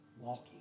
walking